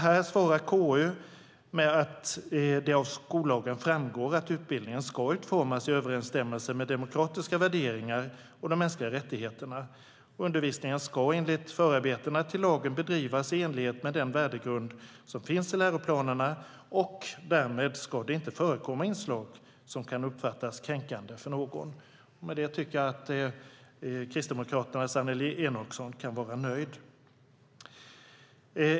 KU svarar att det av skollagen framgår att utbildningen ska utformas i överensstämmelse med demokratiska värderingar och de mänskliga rättigheterna. Undervisningen ska enligt förarbetena till lagen bedrivas i enlighet med den värdegrund som finns i läroplanerna. Därmed ska det inte förekomma inslag som kan uppfattas som kränkande för någon. Med detta tycker jag att Kristdemokraternas Annelie Enochson kan vara nöjd.